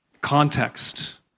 Context